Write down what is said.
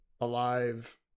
alive